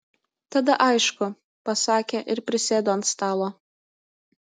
tada aišku pasakė ir prisėdo ant stalo